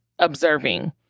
Observing